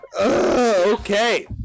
Okay